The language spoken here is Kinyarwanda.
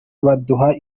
baduha